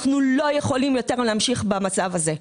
אנחנו לא יכולים יותר להמשיך במצב הזה.